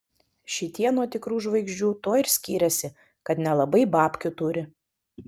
šitie nuo tikrų žvaigždžių tuo ir skiriasi kad nelabai babkių turi